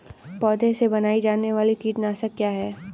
पौधों से बनाई जाने वाली कीटनाशक क्या है?